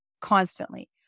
constantly